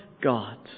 God